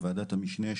לוועדת המשנה,